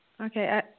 Okay